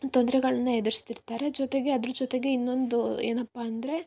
ತೊಂದರೆಗಳ್ನ ಎದುರಿಸ್ತಿರ್ತಾರೆ ಜೊತೆಗೆ ಅದ್ರ ಜೊತೆಗೆ ಇನ್ನೊಂದು ಏನಪ್ಪ ಅಂದರೆ